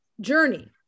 journey